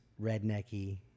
rednecky